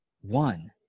One